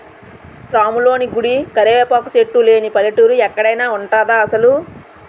రాములోని గుడి, కరివేపాకు సెట్టు లేని పల్లెటూరు ఎక్కడైన ఉంటదా అసలు?